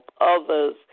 others